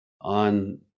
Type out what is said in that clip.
on